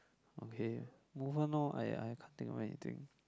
okay move on lor I I can't think of anything